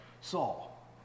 Saul